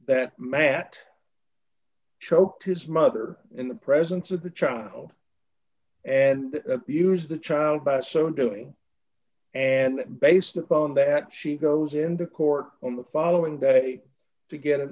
that matt choked his mother in the presence of the child and abuse the child by so doing and based upon that she goes into court on the following day to get an